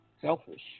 selfish